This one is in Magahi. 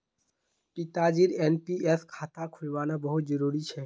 पिताजीर एन.पी.एस खाता खुलवाना बहुत जरूरी छ